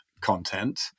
content